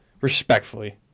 respectfully